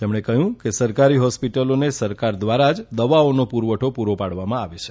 તેમણે કહ્યું સરકારી હોહ્મ્પટલોને સરકાર દ્વારા જ દવાઓનો પુરવઠો કરવામાં આવે છે